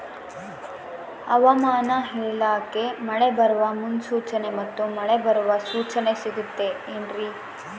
ಹವಮಾನ ಇಲಾಖೆ ಮಳೆ ಬರುವ ಮುನ್ಸೂಚನೆ ಮತ್ತು ಮಳೆ ಬರುವ ಸೂಚನೆ ಸಿಗುತ್ತದೆ ಏನ್ರಿ?